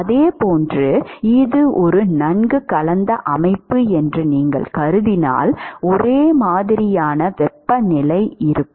அதேபோன்று இது ஒரு நன்கு கலந்த அமைப்பு என்று நீங்கள் கருதினால் ஒரே மாதிரியான வெப்பநிலை இருக்கும்